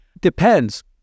Depends